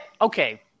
okay